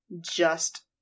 just-